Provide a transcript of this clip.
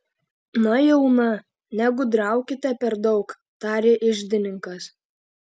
na jau na negudraukite per daug tarė iždininkas